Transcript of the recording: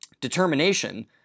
Determination